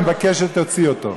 אני מבקש שתוציא אותו,